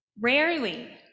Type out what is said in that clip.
Rarely